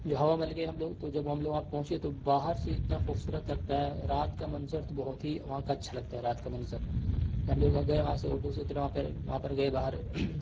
جب ہوا محل گیے ہم لوگ تو جب ہم لوگ وہاں پہنچے تو باہر سے اتنا خوبصورت لگتا ہے رات کا منظر تو بہت ہی وہاں کا اچھا لگتا ہے رات کا منظر ہم لوگ وہاں گیے وہاں سے آٹو سے اترے وہاں پہ وہاں پر گیے باہر